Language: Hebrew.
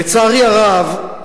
לצערי הרב,